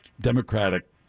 Democratic